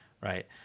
right